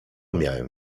miałem